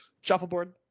shuffleboard